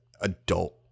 adult